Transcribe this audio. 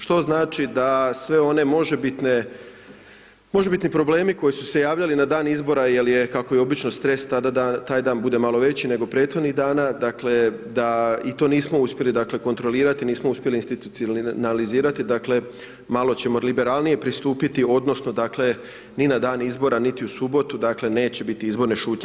Što znači da sve one možebitni problemi koji su se ponavljali na dan izbora, jer je kako je obično stres tada taj dan bude malo veći nego prethodnih dana, dakle, da i to nismo uspjeli to kontrolirati, nismo uspjeli institucionalizirati, dakle, malo ćemo liberalnije pristupiti, odnosno, dakle, ni na dan izbora niti u subotu, neće biti izborne šutnje.